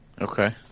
Okay